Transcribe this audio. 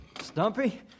Stumpy